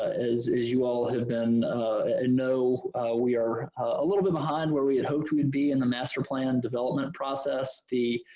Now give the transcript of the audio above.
as as you all have been and know we are a little bit behind where we had hoped we would be in the master plan development process. the